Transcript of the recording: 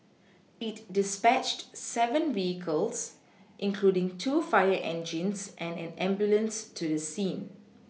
it dispatched seven vehicles including two fire engines and an ambulance to the scene